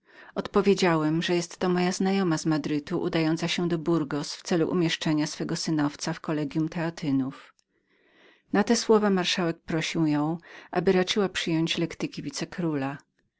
odpowiedziałam że jestto znajoma moja z madrytu udająca się do burgos w celu umieszczenia swego synowca w kollegium teatynów na te słowa marszałek prosił ją aby raczyła przyjąć lektyki